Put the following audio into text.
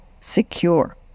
secure